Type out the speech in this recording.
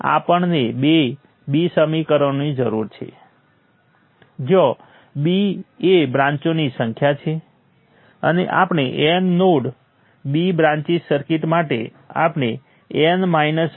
તો ચાલો આપણે અમુક સર્કિટ માટે નોડલ ઈક્વેશનો લઈએ અને ઉદાહરણનો ઉપયોગ કરીએ જેનો આપણે અત્યાર સુધી ઉપયોગ કરીએ છીએ જે બે કરંટ સોર્સો અને પાંચ રઝિસ્ટર સાથે ત્રણ નોડ સર્કિટ છે